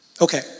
Okay